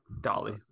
Dolly